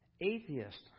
atheist